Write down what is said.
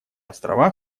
острова